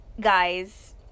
Guys